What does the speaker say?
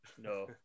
No